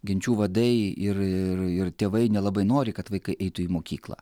genčių vadai ir ir ir tėvai nelabai nori kad vaikai eitų į mokyklą